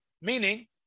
Meaning